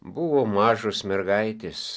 buvo mažos mergaitės